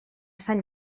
sant